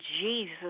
Jesus